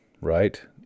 right